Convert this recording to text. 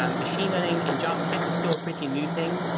um machine learning and javascript is still a pretty new thing,